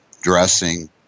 dressing